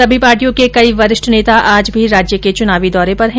सभी पार्टियों के कई वरिष्ठ नेता आज भी राज्य के चुनावी दौरे पर है